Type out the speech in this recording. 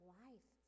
life